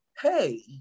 hey